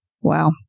Wow